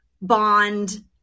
Bond